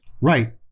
Right